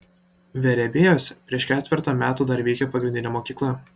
verebiejuose prieš ketvertą metų dar veikė pagrindinė mokykla